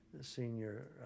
senior